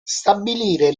stabilire